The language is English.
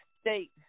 state